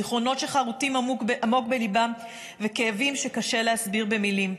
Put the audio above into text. עם זיכרונות שחרותים ועם כאבים שקשה להסביר במילים.